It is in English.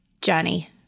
Johnny